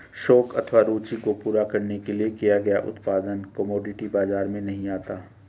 शौक अथवा रूचि को पूरा करने के लिए किया गया उत्पादन कमोडिटी बाजार में नहीं आता